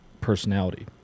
personality